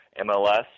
MLS